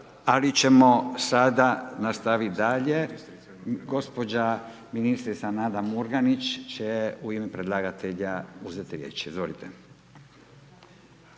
ali ćemo sada nastaviti dalje, gospođa ministrica Nada Murganić će u ime predlagatelja uzeti riječ.